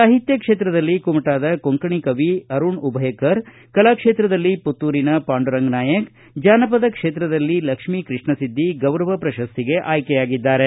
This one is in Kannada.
ಸಾಹಿತ್ಯ ಕ್ಷೇತ್ರದಲ್ಲಿ ಕುಮುಟಾದ ಕೊಂಕಣಿ ಕವಿ ಅರುಣ್ ಉಭಯಕರ ಕಲಾ ಕ್ಷೇತ್ರದಲ್ಲಿ ಪುತ್ತೂರಿನ ಪಾಂಡುರಂಗ ನಾಯಕ್ ಜಾನಪದ ಕ್ಷೇತ್ರದಲ್ಲಿ ಲಕ್ಷಿ ಕೃಷ್ಣ ಸಿದ್ದಿ ಗೌರವ ಪ್ರಶಸ್ತಿಗೆ ಆಯ್ಕೆಯಾಗಿದ್ದಾರೆ